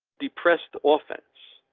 depressed the offense.